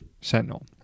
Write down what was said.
sentinel